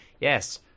yes